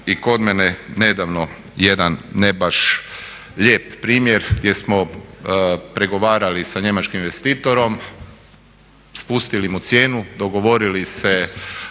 i kod mene jedan ne baš lijep primjer gdje smo pregovarali sa njemačkim investitorom spustili mu cijenu, dogovorili se